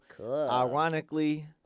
ironically